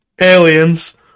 aliens